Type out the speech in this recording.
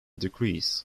decrease